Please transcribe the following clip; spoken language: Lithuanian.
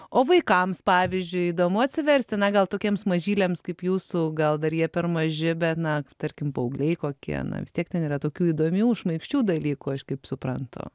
o vaikams pavyzdžiui įdomu atsiversti na gal tokiems mažyliams kaip jūsų gal dar jie per maži bet na tarkim paaugliai kokie vis tiek ten yra tokių įdomių šmaikščių dalykų aš kaip suprantu